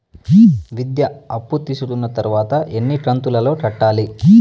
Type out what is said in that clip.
విద్య అప్పు తీసుకున్న తర్వాత ఎన్ని కంతుల లో కట్టాలి?